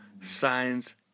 signs